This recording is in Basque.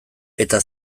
eta